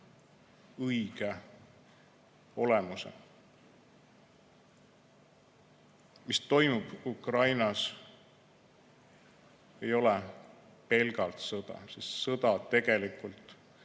õige olemuse. See, mis toimub Ukrainas, ei ole pelgalt sõda, sest "sõda" on tegelikult